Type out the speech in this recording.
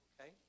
Okay